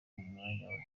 mwanya